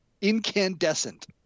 incandescent